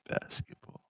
basketball